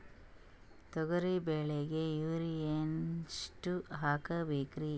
ತೊಗರಿ ಬೆಳಿಗ ಯೂರಿಯಎಷ್ಟು ಹಾಕಬೇಕರಿ?